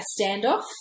standoff